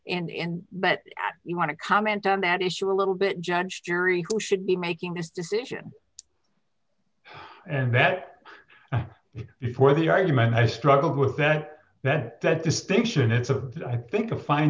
and but you want to comment on that issue a little bit judge jury who should be making this decision and that for the argument i struggled with that that that distinction is a i think a fin